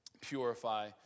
Purify